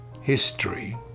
History